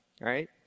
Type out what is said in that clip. right